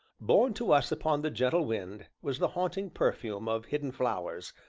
borne to us upon the gentle wind was the haunting perfume of hidden flowers,